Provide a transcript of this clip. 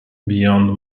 beyond